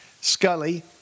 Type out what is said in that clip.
Scully